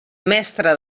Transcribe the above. mestre